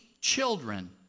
children